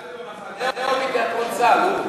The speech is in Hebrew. אתה מ"במחנה" או מתיאטרון צה"ל, אורי?